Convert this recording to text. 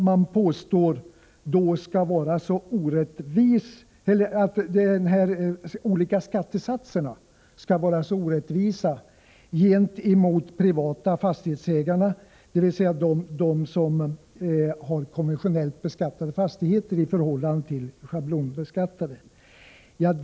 Man påstår att detta med de olika skattesatserna skulle vara så orättvist för de privata fastighetsägarna som har konventionellt beskattade fastigheter jämfört med dem som har schablonbeskattade fastigheter.